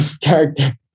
character